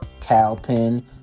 Calpin